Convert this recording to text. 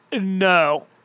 no